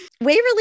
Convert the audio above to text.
Waverly